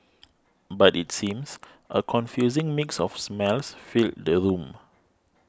but it seems a confusing mix of smells filled the room